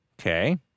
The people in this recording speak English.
Okay